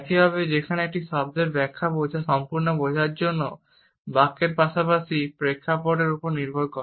একইভাবে যেখানে একটি শব্দের ব্যাখ্যা সম্পূর্ণ বোঝার জন্য বাক্যের পাশাপাশি প্রেক্ষাপটের উপর নির্ভর করে